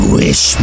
wish